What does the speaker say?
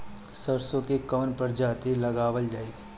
सरसो की कवन प्रजाति लगावल जाई?